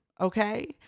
Okay